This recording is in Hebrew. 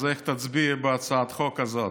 אז איך תצביעי בהצעת החוק הזאת?